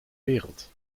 wereld